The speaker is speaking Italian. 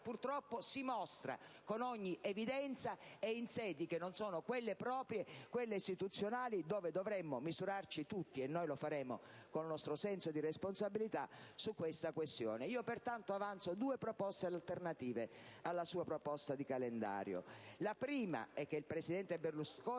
purtroppo si mostra con ogni evidenza e in sedi che non sono quelle proprie, quelle istituzionali, dove dovremmo misurarci tutti (noi lo faremo con il nostro senso di responsabilità) su tale questione. Io, pertanto, avanzo due proposte alternative alla sua proposta di calendario. La prima è che il presidente Berlusconi